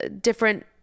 different